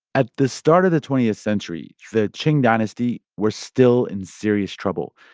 at the start of the twentieth century, the qing dynasty were still in serious trouble.